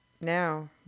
Now